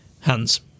Hands